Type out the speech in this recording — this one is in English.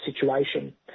situation